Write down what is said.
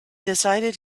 decided